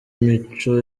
imico